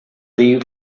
the